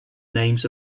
names